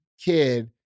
kid